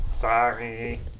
Sorry